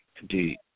indeed